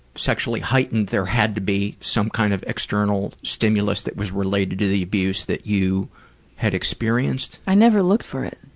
sexually heightened there had to be some kind of external stimulus that was related to the abuse that you had experienced? i never looked for it.